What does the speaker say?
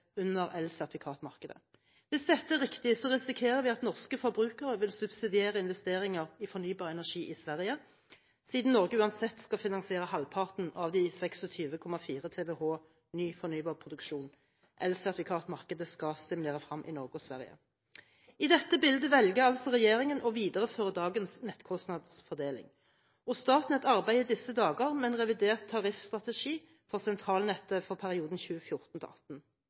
under elsertifikatmarkedet. Hvis dette er riktig, risikerer vi at norske forbrukere vil subsidiere investeringer i fornybar energi i Sverige, siden Norge uansett skal finansiere halvparten av de 26,4 TWh ny fornybar produksjon elsertifikatmarkedet skal stimulere fram i Norge og Sverige. I dette bildet velger altså regjeringen å videreføre dagens nettkostnadsfordeling. Statnett arbeider i disse dager med en revidert tariffstrategi for sentralnettet for perioden